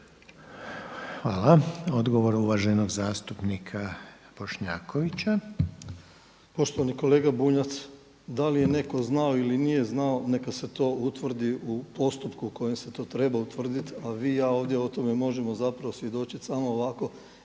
Hvala. Odgovor uvaženog zastupnika Bošnjakovića. **Bošnjaković, Dražen (HDZ)** Poštovani kolega Bunjac, da li je neko znao ili nije znao neka se to utvrdi u postupku kojim se to treba utvrditi, a vi i ja ovdje možemo svjedočiti samo ovako